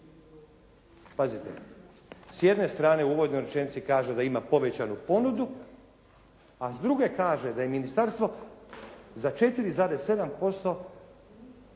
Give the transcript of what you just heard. Pazite, s jedne strane u uvodnoj rečenici kaže da ima povećanu ponudu a s druge kaže da je ministarstvo za 4,7%